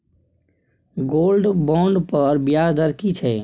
Gold bond पर ब्याज दर की छै?